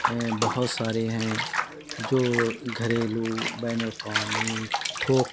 بہت سارے ہیں جو گھریلو بین الاقوامی تھوک